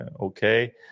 okay